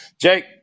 Jake